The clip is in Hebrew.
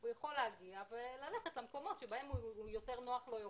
הוא יכול להגיע וללכת למקומות שבהם יותר נוח לו,